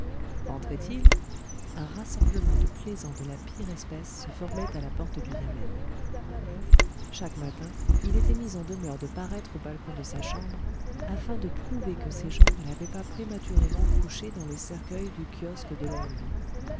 rentrait il un rassemblement de plaisants de la pire espèce se formait à la porte du yamen chaque matin il était mis en demeure de paraître au balcon de sa chambre afin de prouver que ses gens ne l'avaient pas prématurément couché dans le cercueil du kiosque de longue vie